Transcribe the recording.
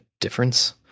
difference